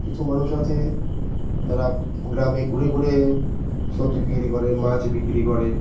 কিছু মানুষ আছে তারা গ্রামে ঘুরে ঘুরে সবজি বিক্রি করে মাছ বিক্রি করে